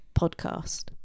podcast